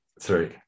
three